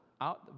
out